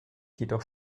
jedoch